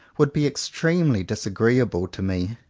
would be ex tremely disagreeable to me.